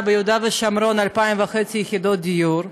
ביהודה ושומרון של 2,500 יחידות דיור,